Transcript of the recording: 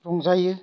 रंजायो